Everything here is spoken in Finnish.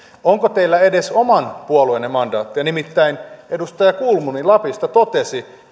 onko teillä edes oman puolueenne mandaattia nimittäin edustaja kulmuni lapista totesi